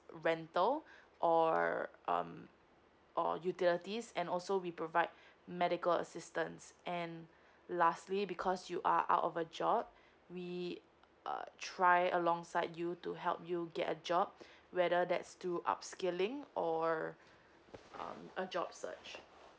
rental or um or utilities and also we provide medical assistance and lastly because you are out of a job we uh try alongside you to help you get a job whether that still up scaling or um a job search